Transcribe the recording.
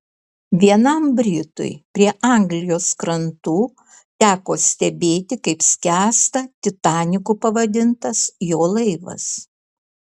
vienam britui prie anglijos krantų teko stebėti kaip skęsta titaniku pavadintas jo laivas